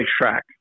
racetrack